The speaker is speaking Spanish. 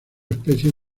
especies